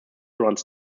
runs